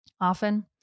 often